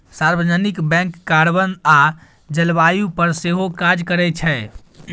सार्वजनिक bank carbon आ जलबायु पर सेहो काज करै छै